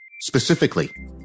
Specifically